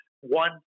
one